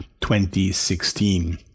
2016